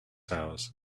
hours